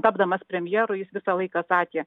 tapdamas premjeru jis visą laiką sakė